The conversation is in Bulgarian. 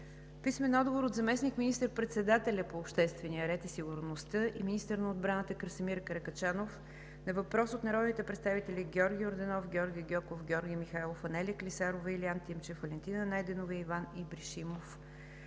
Ибришимов; - заместник министър-председателя по обществения ред и сигурността и министър на отбраната Красимир Каракачанов на въпрос от народните представители Георги Йорданов, Георги Гьоков, Георги Михайлов, Анелия Клисарова, Илиян Тимчев, Валентина Найденова и Иван Ибришимов;